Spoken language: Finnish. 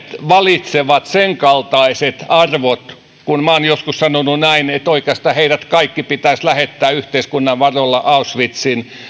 valitsevat senkaltaiset arvot minä olen joskus sanonut näin että oikeastaan heidät kaikki pitäisi lähettää yhteiskunnan varoilla auschwitzin